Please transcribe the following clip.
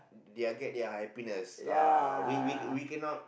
they are get their happiness uh we we we cannot